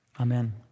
Amen